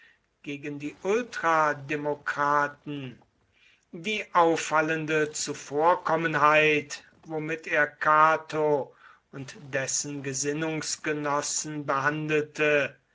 gegen die ultrademokraten die auffallende zuvorkommenheit womit er cato und dessen gesinnungsgenossen behandelte